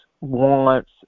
wants